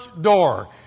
door